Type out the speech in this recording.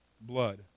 blood